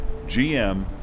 GM